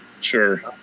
Sure